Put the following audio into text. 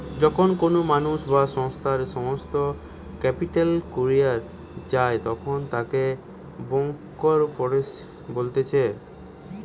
যখন কোনো মানুষ বা সংস্থার সমস্ত ক্যাপিটাল ফুরাইয়া যায়তখন তাকে ব্যাংকরূপটিসি বলতিছে